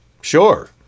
Sure